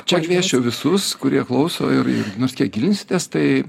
čia kviesčiau visus kurie klauso ir nors kiek gilinsitės tai